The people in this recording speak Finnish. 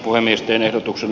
puhemiesten ehdotuksen